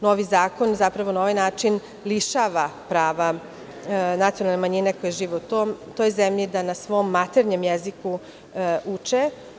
Novi zakon, zapravo na ovaj način lišava prava nacionalne manjine koja žive u toj zemlji da na svom maternjem jeziku uče.